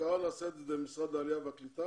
ההכרה נעשית על ידי משרד העלייה והקליטה